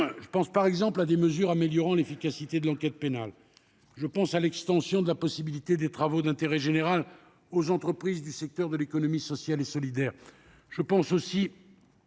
Je pense par exemple à des mesures améliorant l'efficacité de l'enquête pénale. Je pense également à l'extension des travaux d'intérêt général aux entreprises du secteur de l'économie sociale et solidaire. Je pense enfin